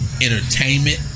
entertainment